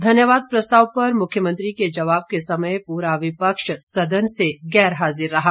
धन्यवाद प्रस्ताव पर मुख्यमंत्री के जवाब के समय पूरा विपक्ष सदन से गैर हाजिर रहा